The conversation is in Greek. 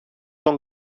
τον